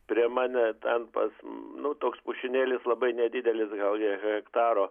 prie mane ten pas nu toks pušynėlis labai nedidelis gal hektaro